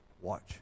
watch